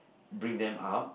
bring them up